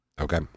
okay